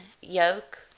yolk